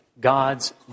God's